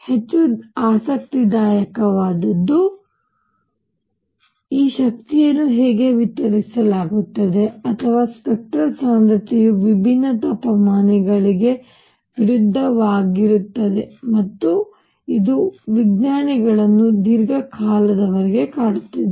ಹೆಚ್ಚು ಆಸಕ್ತಿದಾಯಕವಾದದ್ದು ಆದಾಗ್ಯೂ ಈ ಶಕ್ತಿಯನ್ನು ಹೇಗೆ ವಿತರಿಸಲಾಗುತ್ತದೆ ಅಥವಾ ಸ್ಪೆಕ್ಟರಲ್ ಸಾಂದ್ರತೆಯು ವಿಭಿನ್ನ ತಾಪಮಾನಗಳಿಗೆ ವಿರುದ್ಧವಾಗಿರುತ್ತದೆ ಮತ್ತು ಇದು ವಿಜ್ಞಾನಿಗಳನ್ನು ದೀರ್ಘಕಾಲದವರೆಗೆ ಕಾಡುತ್ತಿದೆ